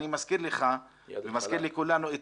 אני מזכיר לך ומזכיר לכולנו,